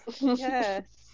Yes